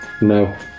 No